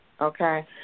Okay